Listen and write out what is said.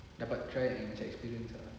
dapat try new experience ah